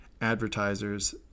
advertisers